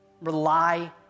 rely